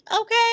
okay